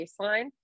baseline